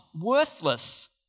worthless